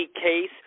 case